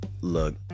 Look